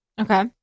Okay